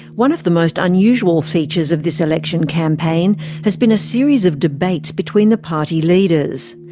one of the most unusual features of this election campaign has been a series of debates between the party leaders.